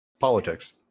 politics